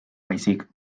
baizik